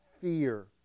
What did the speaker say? fear